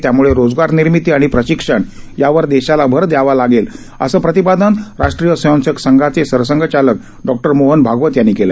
त्यामुळे रोजगार निर्मिती आणि प्रशिक्षण यावर देशाला भर दयावा लागेल असं प्रतिपादन राष्ट्रीय स्वयंसंघाचे सरसंचालक डॉक्टर मोहन भागवत यांनी केलं